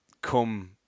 come